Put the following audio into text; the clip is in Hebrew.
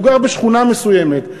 הוא גר בשכונה מסוימת.